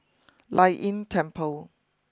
Lei Yin Temple